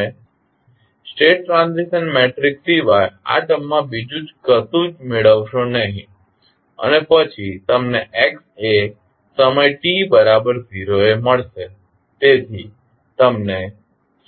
તમે state transition matrix સિવાય આ ટર્મમાં બીજું કશું જ મેળવશો નહીં અને પછી તમને x એ સમય t બરાબર 0 એ મળશે તેથી તમને